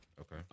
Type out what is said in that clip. Okay